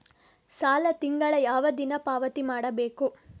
ಸಾಲ ತಿಂಗಳ ಯಾವ ದಿನ ಪಾವತಿ ಮಾಡಬೇಕು?